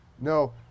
no